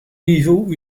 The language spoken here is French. niveaux